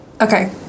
Okay